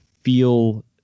feel